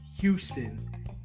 Houston